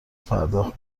پرداخت